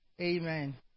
Amen